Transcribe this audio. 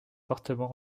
fortement